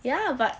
ya lah but